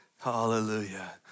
Hallelujah